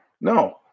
no